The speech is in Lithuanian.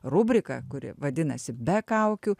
rubrika kuri vadinasi be kaukių